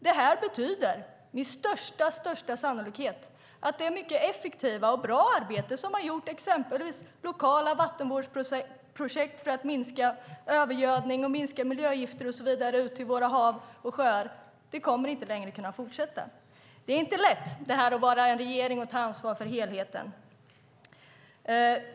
Det betyder med största sannolikhet att det mycket effektiva och bra arbete som har möjliggjort exempelvis lokala vattenvårdsprojekt för att minska övergödning och minska miljögifter och så vidare ut till våra hav och sjöar inte längre kommer att kunna fortsätta. Det är inte lätt att vara en regering och ta ansvar för helheten.